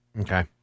Okay